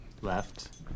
Left